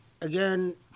again